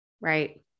Right